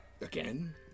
Again